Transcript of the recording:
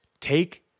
Take